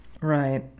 right